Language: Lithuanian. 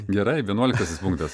gerai vienuoliktasis punktas